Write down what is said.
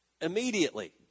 immediately